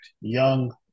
young